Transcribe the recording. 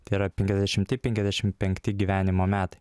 tai yra penkiasdešimti penkiasdešimt penkti gyvenimo metai